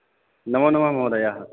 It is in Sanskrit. नमो नमः महोदय